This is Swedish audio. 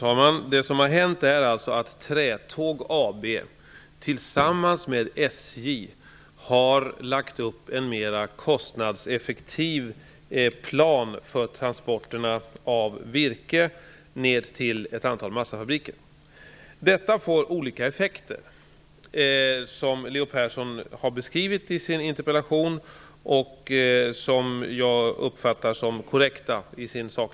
Herr talman! Trätåg AB har tillsammans med SJ lagt upp en mer kostnadseffektiv plan för virkestransporter ner till ett antal massafabriker. Detta får olika effekter, vilka Leo Persson har beskrivit i sin interpellation. Jag uppfattar dem som korrekta i sak.